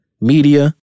media